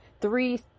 three